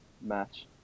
match